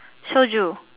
soju